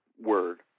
word